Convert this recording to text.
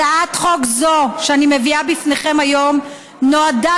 הצעת חוק זו שאני מביאה בפניכם היום נועדה